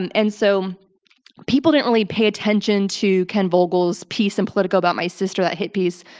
and and so people didn't really pay attention to ken vogel's piece in politico about my sister, that hit piece,